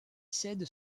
cède